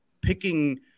picking